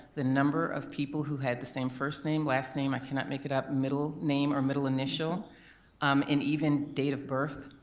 the number of people who had the same first name, last name, i cannot make it up, middle name or middle initial um and even date of birth,